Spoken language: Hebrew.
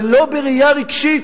ולא בראייה רגשית.